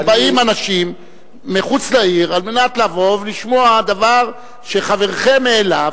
באים אנשים מחוץ לעיר לשמוע דבר שחברכם העלה,